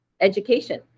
education